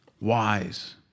wise